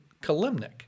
Kalimnik